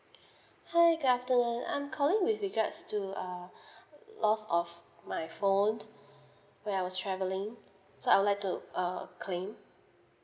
hi good afternoon I'm calling with regards to uh lost of my phone when I was travelling so I would like to uh claim